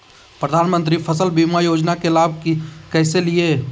प्रधानमंत्री फसल बीमा योजना के लाभ कैसे लिये?